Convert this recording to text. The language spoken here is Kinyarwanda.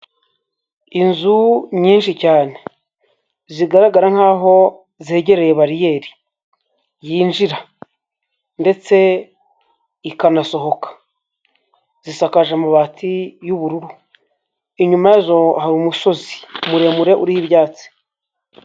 Inzu nyinshi cyane zigaragara nk'aho zegereye bariyeri yinjira ndetse ikanasohoka, zisakaje amabati y'ubururu, inyuma yazo hari umusozi muremure uriho ibyatsi.